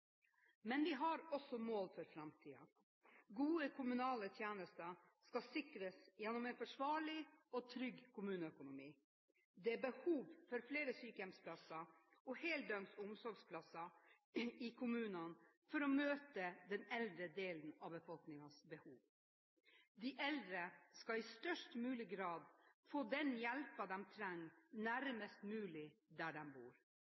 Men vi har også mål for framtiden. Gode kommunale tjenester skal sikres gjennom en forsvarlig og trygg kommuneøkonomi. Det er behov for flere sykehjemsplasser og heldøgns omsorgsplasser i kommunene for å møte den eldre delen av befolkningens behov. De eldre skal i størst mulig grad få den hjelpen de trenger nærmest mulig der de bor.